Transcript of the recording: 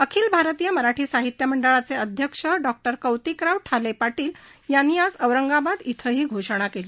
अखिल भारतीय मराठी साहित्य महामंडळाचे अध्यक्ष डॉ कौतिकराव ठाले पाटील यांनी आज औरंगाबाद इथं ही घोषणा केली